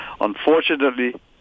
Unfortunately